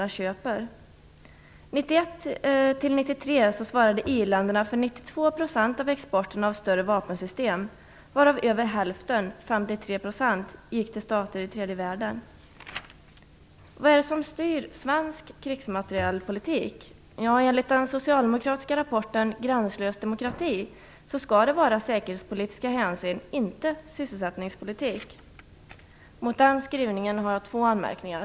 Åren 1991-1993 svarade EU-länderna för 92 % av exporten av större vapensystem, varav över hälften, 53 %, gick till stater i tredje världen. Enligt den socialdemokratiska rapporten Gränslös demokrati skall det vara säkerhetspolitiska hänsyn och inte sysselsättningspolitik. Mot denna skrivning har jag två anmärkningar.